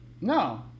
No